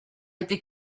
été